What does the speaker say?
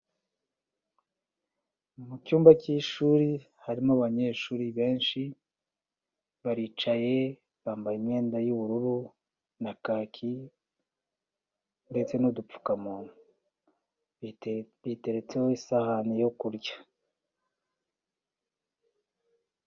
Mu cyumba cy'ishuri harimo abanyeshuri benshi, baricaye bambaye imyenda y'ubururu na kaki ndetse n'udupfukamunwa. Biteretseho isahani yo kurya.